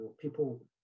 people